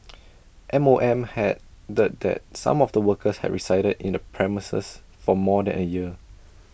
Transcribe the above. M O M had the that some of the workers had resided in the premises for more than A year